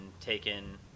taken